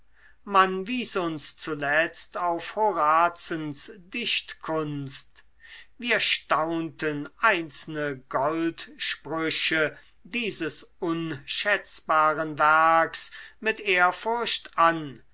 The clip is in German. man wies uns zuletzt auf horazens dichtkunst wir staunten einzelne goldsprüche dieses unschätzbaren werks mit ehrfurcht an